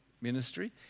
ministry